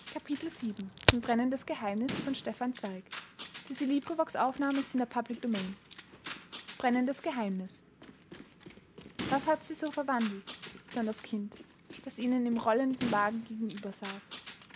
was hat sie so verwandelt sann das kind das ihnen im rollenden wagen